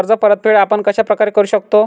कर्ज परतफेड आपण कश्या प्रकारे करु शकतो?